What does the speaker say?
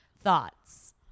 Thoughts